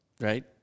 right